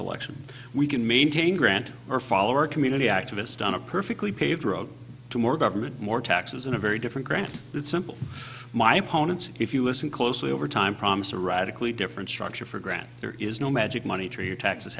election we can maintain grant or follower a community activist on a perfectly paved road to more government more taxes and a very different grant that simple my opponents if you listen closely over time promise a radically different structure for granted there is no magic money for your taxes